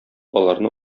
аларны